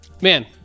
Man